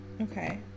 okay